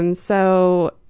and so,